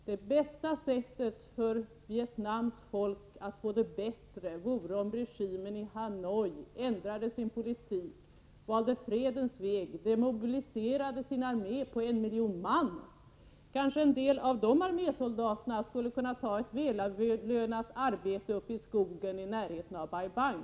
Det bästa sättet för Vietnams folk att få det bättre vore om regimen i Hanoi ändrade sin politik, valde fredens väg och demobiliserade sin armé på en miljon — kanske en del av armésoldaterna skulle kunna ta ett välavlönat arbete uppe i skogen i närheten av Bai Bang!